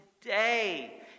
today